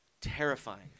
terrifying